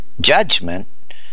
judgment